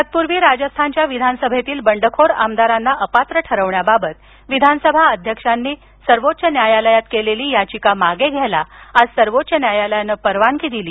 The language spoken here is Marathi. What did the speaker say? तत्पूर्वी राजस्थानच्या विधानसभेतील बंडखोर आमदारांना अपात्र ठरवण्याबाबत विधानसभा अध्यक्षांनी सर्वोच्च न्यायालयात केलेली याचिका मागे घ्यायला आज सर्वोच्च न्यायालयानं परवानगी दिली